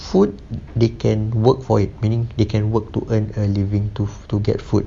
food they can work for it meaning they can work to earn a living to to get food